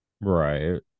Right